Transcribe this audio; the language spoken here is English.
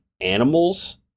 animals